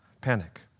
panic